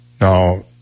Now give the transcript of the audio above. Now